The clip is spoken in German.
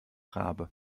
rabe